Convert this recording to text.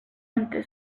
ante